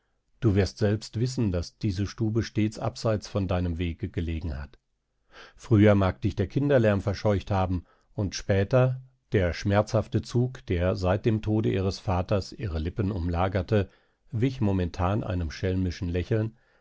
du wirst selbst wissen daß diese stube stets abseits von deinem wege gelegen hat früher mag dich der kinderlärm verscheucht haben und später der schmerzhafte zug der seit dem tode ihres vaters ihre lippen umlagerte wich momentan einem schelmischen lächeln